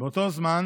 באותו זמן